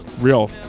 real